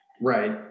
Right